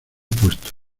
puesto